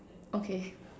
okay